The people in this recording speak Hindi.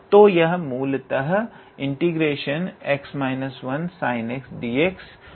तो यह मूलतः ∫𝑥𝑛−1𝑠𝑖𝑛𝑥𝑑x बचेगा